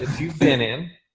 you've been in